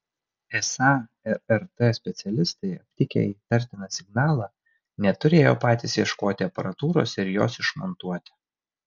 esą rrt specialistai aptikę įtartiną signalą neturėjo patys ieškoti aparatūros ir jos išmontuoti